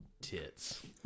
tits